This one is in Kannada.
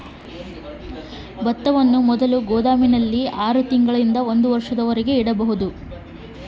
ಭತ್ತವನ್ನು ಮೊದಲು ಗೋದಾಮಿನಲ್ಲಿ ರೈತರು ಎಷ್ಟು ದಿನದವರೆಗೆ ಇಡಬಹುದು?